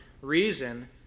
reason